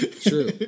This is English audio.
true